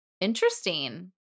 Interesting